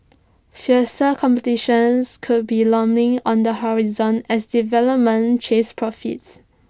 fiercer competition could be looming on the horizon as development chase profits